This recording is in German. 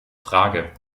frage